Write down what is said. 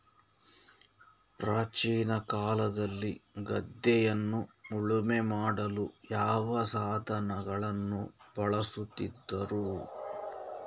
ಪ್ರಾಚೀನ ಕಾಲದಲ್ಲಿ ಗದ್ದೆಯನ್ನು ಉಳುಮೆ ಮಾಡಲು ಯಾವ ಸಾಧನಗಳನ್ನು ಬಳಸುತ್ತಿದ್ದರು?